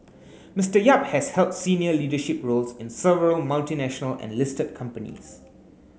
Mister Yap has held senior leadership roles in several multinational and listed companies